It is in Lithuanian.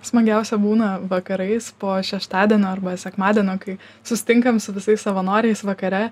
smagiausia būna vakarais po šeštadienio arba sekmadienio kai susitinkam su visais savanoriais vakare